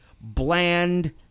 bland